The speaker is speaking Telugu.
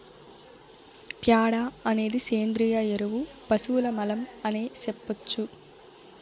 ప్యాడ అనేది సేంద్రియ ఎరువు పశువుల మలం అనే సెప్పొచ్చు